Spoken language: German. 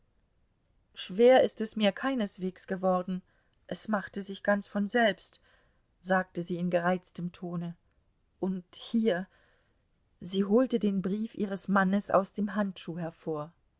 schwer ist es mir keineswegs geworden es machte sich ganz von selbst sagte sie in gereiztem tone und hier sie holte den brief ihres mannes aus dem handschuh hervor